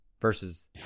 versus